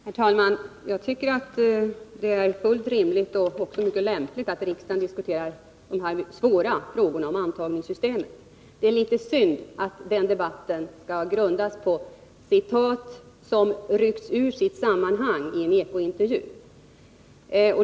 Herr talman! Jag tycker att det är fullt rimligt och mycket lämpligt att riksdagen diskuterar de svåra frågorna om antagningssystemet. Det är dock litet synd att den debatten skall grundas på citat som ryckts ut ur sitt sammanhang i en Eko-intervju.